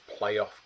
playoff